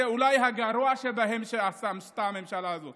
אולי הגרוע בדברים שעשתה הממשלה הזאת